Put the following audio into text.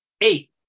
Eight